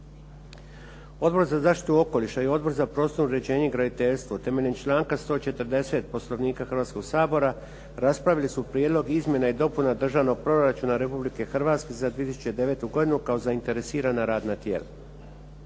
Odbor za zaštitu okoliša i Odbor za prostorno uređenje i graditeljstvo temeljem članka 140. Poslovnika Hrvatskog sabora, raspravili su prijedlog izmjena i dopuna Državnog proračuna Republike Hrvatske za 2009. godinu kao zainteresirana radna tijela.